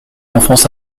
enfance